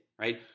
right